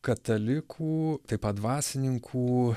katalikų taip pat dvasininkų